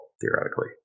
theoretically